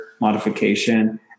modification